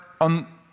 on